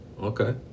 okay